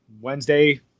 Wednesday